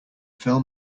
fill